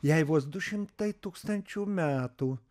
jai vos du šimtai tūkstančių metų